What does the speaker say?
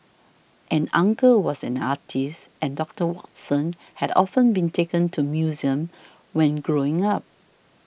an uncle was an artist and Doctor Watson had often been taken to museums when growing up